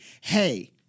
hey